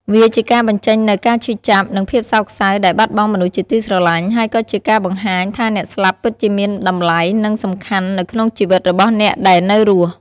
វាជាការបញ្ចេញនូវការឈឺចាប់ និងភាពសោកសៅដែលបាត់បង់មនុស្សជាទីស្រឡាញ់ ហើយក៏ជាការបង្ហាញថាអ្នកស្លាប់ពិតជាមានតម្លៃ និងសំខាន់នៅក្នុងជីវិតរបស់អ្នកដែលនៅរស់។